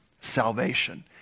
salvation